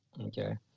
okay